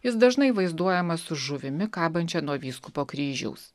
jis dažnai vaizduojamas su žuvimi kabančia nuo vyskupo kryžiaus